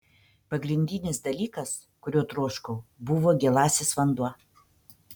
pagrindinis dalykas kurio troškau buvo gėlasis vanduo